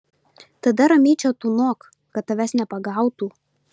tada ramiai čia tūnok kad tavęs nepagautų